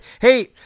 Hey